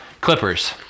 Clippers